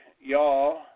y'all